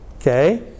okay